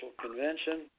convention